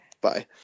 Bye